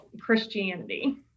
Christianity